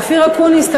אופיר אקוניס,